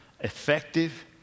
effective